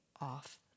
off